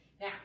Now